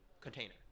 container